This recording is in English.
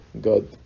God